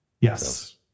Yes